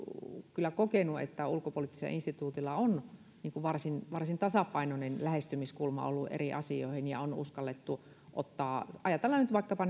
kyllä kokenut että ulkopoliittisella instituutilla on varsin tasapainoinen lähestymiskulma ollut eri asioihin ja on uskallettu ottaa ajatellaan nyt vaikkapa